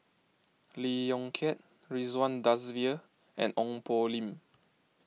Lee Yong Kiat Ridzwan Dzafir and Ong Poh Lim